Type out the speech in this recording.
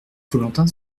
follentin